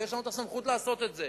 ויש לנו הסמכות לעשות את זה.